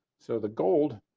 so the gold,